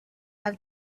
have